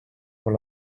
con